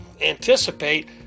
anticipate